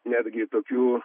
netgi tokių